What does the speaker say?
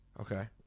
Okay